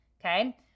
okay